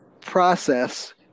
process